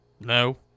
No